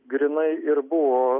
grynai ir buvo